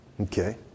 Okay